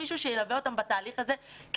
מישהו שבאמת ילווה אותם בתהליך הזה כי